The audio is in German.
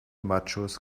machos